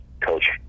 Coach